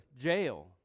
jail